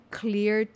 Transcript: clear